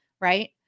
right